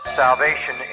salvation